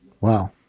Wow